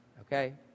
Okay